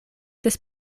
des